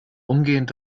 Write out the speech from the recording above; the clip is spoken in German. umgehend